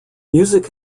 music